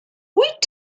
wyt